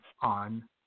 on